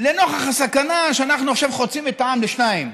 לנוכח הסכנה שאנחנו עכשיו חוצים את העם לשניים,